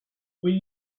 will